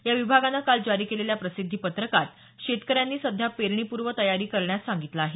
या विभागानं काल जारी केलेल्या प्रसिद्धी पत्रकात शेतकऱ्यांनी सध्या पेरणीपूर्व तयारी करण्यास सांगितलं आहे